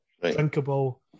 drinkable